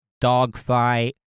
Dogfight